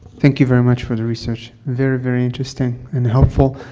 thank you very much for the research, very, very interesting and helpful.